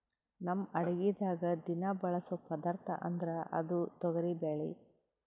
ನಮ್ ಅಡಗಿದಾಗ್ ದಿನಾ ಬಳಸೋ ಪದಾರ್ಥ ಅಂದ್ರ ಅದು ತೊಗರಿಬ್ಯಾಳಿ